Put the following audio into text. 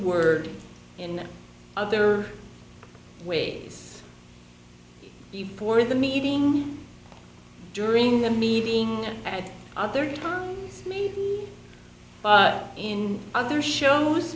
word in other ways before the meeting during the meeting at other times but in other shows